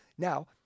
Now